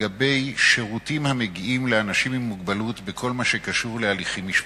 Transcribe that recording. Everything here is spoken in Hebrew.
אחר שירותים המגיעים לאנשים עם מוגבלות בכל מה שקשור להליכים משפטיים.